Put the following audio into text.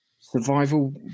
survival